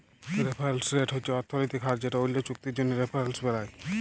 referrals rate হছে অথ্থলৈতিক হার যেট অল্য চুক্তির জ্যনহে রেফারেলস বেলায়